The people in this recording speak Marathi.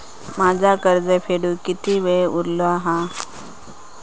माझा कर्ज फेडुक किती वेळ उरलो हा?